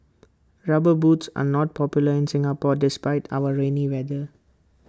rubber boots are not popular in Singapore despite our rainy weather